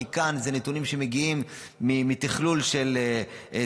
כי כאן זה נתונים שמגיעים מתכלול של זקנה,